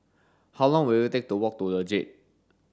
how long will it take to walk to The Jade